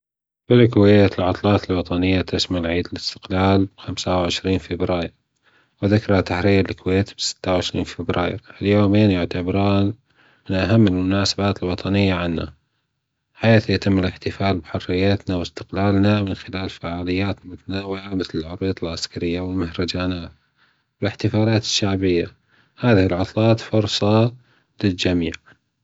في الكويت العطلات الوطنية تشمل عيد الأستقلال خمس وعشرين فبراير ذكرى تحرير الكويت في ست وعشرين فبراير اليومين يعتبرون من أهم الناسبات الوطنية عنا حيث يتم الاحتفال بحريتنا وأستقلالنا من خلال فعاليات متنوعة مثل العروض العسكرية والمهرجانات و الاحتفالات الشعبية هذه العطلات فرصة للجميع.